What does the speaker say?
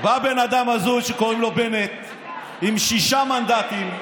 בא בן אדם הזוי שקוראים לו בנט ועם שישה מנדטים,